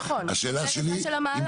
נכון, זה --- של המהלך.